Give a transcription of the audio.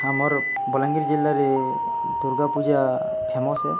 ଆଁମର୍ ବଲାଙ୍ଗୀର୍ ଜିଲ୍ଲାରେ ଦୁର୍ଗା ପୂଜା ଫେମସ୍ ଏ